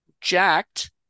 jacked